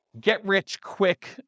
get-rich-quick